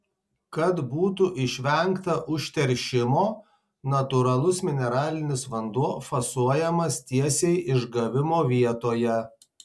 kad būtų išvengta užteršimo natūralus mineralinis vanduo fasuojamas tiesiai išgavimo vietoje